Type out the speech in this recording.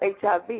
HIV